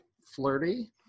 flirty